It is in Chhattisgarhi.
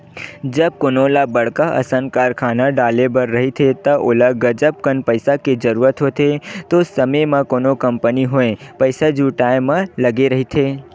जब कोनो ल बड़का असन कारखाना डाले बर रहिथे त ओला गजब कन पइसा के जरूरत होथे, ओ समे म कोनो कंपनी होय पइसा जुटाय म लगे रहिथे